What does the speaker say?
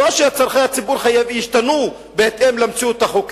לא שצורכי הציבור ישתנו בהתאם למציאות החוקית.